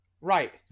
Right